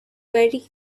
very